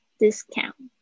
,discount